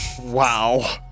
Wow